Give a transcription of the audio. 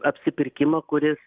apsipirkimą kuris